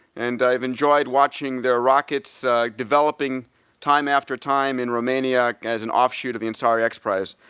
and i've enjoyed watching their rockets developing time after time in romania as an offshoot of the ansari x prize.